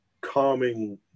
calming